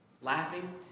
Laughing